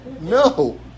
no